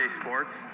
Sports